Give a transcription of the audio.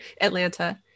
Atlanta